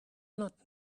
not